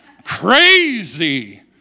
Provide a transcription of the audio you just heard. crazy